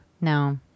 No